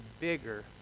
bigger